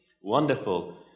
wonderful